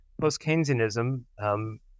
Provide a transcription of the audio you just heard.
post-Keynesianism